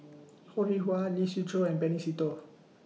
Ho Rih Hwa Lee Siew Choh and Benny Se Teo